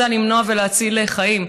אני רוצה למנוע ולהציל חיים.